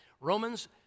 Romans